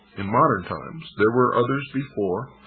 in modern times there were others before,